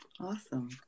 Awesome